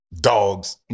dogs